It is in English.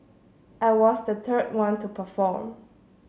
I was the third one to perform